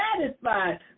satisfied